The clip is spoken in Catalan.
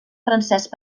francesc